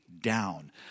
down